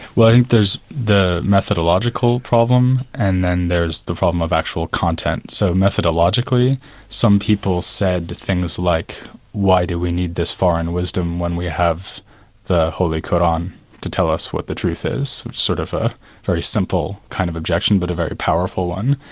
while he does the methodological problem, and then there's the problem of actual content. so methodologically some people said things like why do we need this foreign wisdom when we have the holy qur'an to tell us what the truth is? which sort of a very simple kind of a judgment, but a very powerful one.